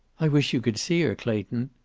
i wish you could see her, clayton.